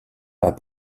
pas